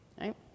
right